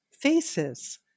faces